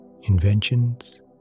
inventions